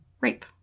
rape